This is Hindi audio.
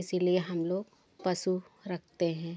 इसीलिए हम लोग पशु रखते हैं